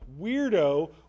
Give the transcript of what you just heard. weirdo